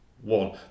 one